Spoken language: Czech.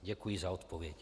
Děkuji za odpověď.